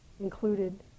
included